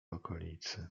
okolicy